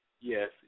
Yes